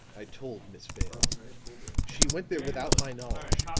i told miss vale she went there without my knowledge